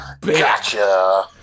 Gotcha